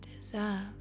deserve